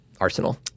Arsenal